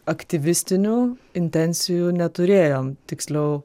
aktyvistinių intencijų neturėjom tiksliau